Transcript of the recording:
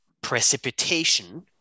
precipitation